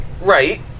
Right